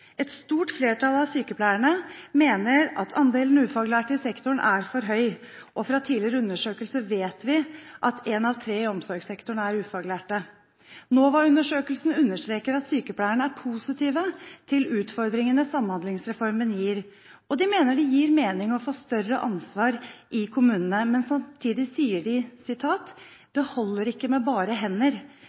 Et stort flertall av sykepleierne mener at andelen ufaglærte i sektoren er for høy, og fra tidligere undersøkelser vet vi at én av tre i omsorgssektoren er ufaglærte. NOVA-undersøkelsen understreker at sykepleierne er positive til utfordringene Samhandlingsreformen gir, og de mener det gir mening å få større ansvar i kommunene. Men samtidig sier de: «Det holder ikke med bare hender.